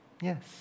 Yes